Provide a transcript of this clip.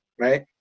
right